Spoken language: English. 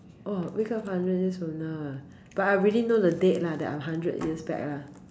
!woah! wake up hundred years from now ah but I already know the date lah that I'm hundred years back lah